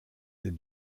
est